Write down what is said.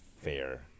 fair